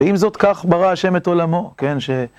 עם זאת כך ברא השם את עולמו, כן, ש...